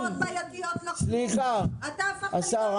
--- אתה הפכת להיות המרצה של ה --- השר,